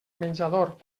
menjador